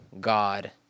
God